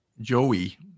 Joey